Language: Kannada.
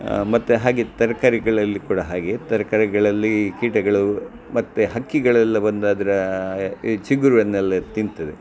ಮತ್ತು ಹಾಗೆ ತರಕಾರಿಗಳಲ್ಲಿ ಕೂಡ ಹಾಗೆಯೇ ತರಕಾರಿಗಳಲ್ಲಿ ಕೀಟಗಳು ಮತ್ತು ಹಕ್ಕಿಗಳೆಲ್ಲ ಬಂದು ಅದ್ರ ಈ ಚಿಗುರು ಎನ್ನಲ್ಲೆ ತಿಂತಾವೆ